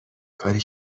کاری